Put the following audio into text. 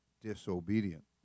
disobedient